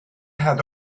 had